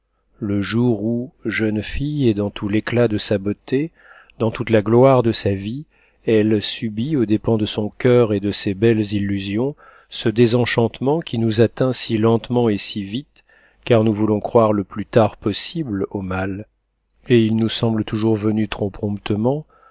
le jour où jeune fille et dans tout l'éclat de sa beauté dans toute la gloire de sa vie elle subit aux dépens de son coeur et de ses belles illusions ce désenchantement qui nous atteint si lentement et si vite car nous voulons croire le plus tard possible au mal et il nous semble toujours venu